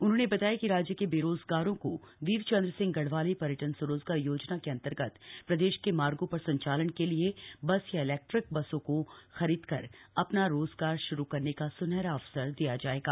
उन्होंने बताया कि राज्य के बेरोजगारों को वीर चन्द्र सिंह गढ़वाली पर्यटन स्वरोजगार योजना के अन्तर्गत प्रदेश के मार्गो पर संचालन के लिए बस या इलैक्ट्रिक बसों को खरीदकर अपना रोजगार शुरू करने का सुनहरा अवसर दिया जाएगा